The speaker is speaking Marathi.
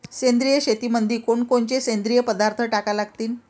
सेंद्रिय शेतीमंदी कोनकोनचे सेंद्रिय पदार्थ टाका लागतीन?